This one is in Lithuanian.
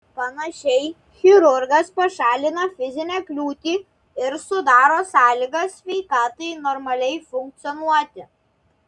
panašiai chirurgas pašalina fizinę kliūtį ir sudaro sąlygas sveikatai normaliai funkcionuoti